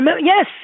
Yes